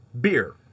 Beer